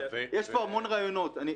יש פה המון רעיונות.